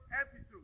episode